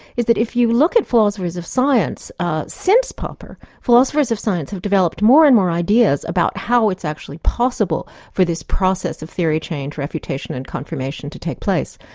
is that if you look at philosophers of science ah since popper, philosophers of science have developed more and more ideas about how it's actually possible for this process of theory change, reputation and confirmation to take place.